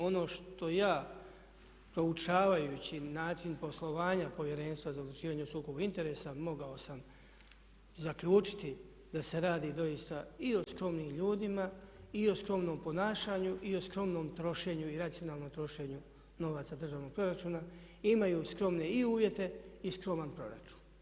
Ono što ja proučavajući način poslovanja Povjerenstva za odlučivanje o sukobu interesa mogao sam zaključiti da se radi doista i o skromnim ljudima i o skromnom ponašanju i o skromnom trošenju i racionalnom trošenju novaca državnog proračuna, imaju skromne i uvjete i skroman proračun.